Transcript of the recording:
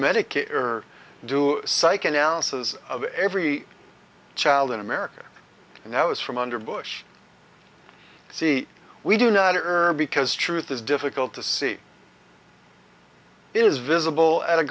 medicare or do psych analysis of every child in america and that was from under bush see we do not or erm because truth is difficult to see is visible at a